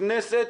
הכנסת,